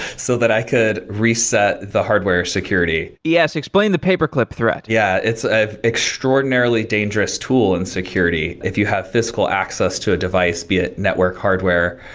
so that i could reset the hardware security yes. explain the paperclip threat yeah, it's an extraordinarily dangerous tool in security. if you have physical access to a device via network hardware,